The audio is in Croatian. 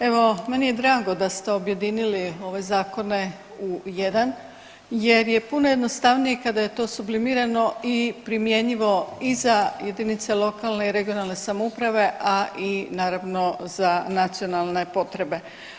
Evo, meni je drago da ste objedinili ove zakone u jedan jer je puno jednostavnije kad je to sublimirano i primjenjivo i za jedinice lokalne i regionalne samouprave, a i naravno za nacionalne potrebe.